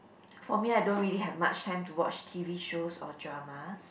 for me I don't really have much time to watch T_V shows or dramas